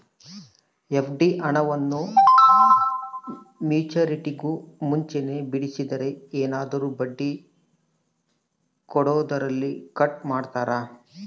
FD ಹಣವನ್ನು ಮೆಚ್ಯೂರಿಟಿಗೂ ಮುಂಚೆನೇ ಬಿಡಿಸಿದರೆ ಏನಾದರೂ ಬಡ್ಡಿ ಕೊಡೋದರಲ್ಲಿ ಕಟ್ ಮಾಡ್ತೇರಾ?